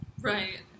Right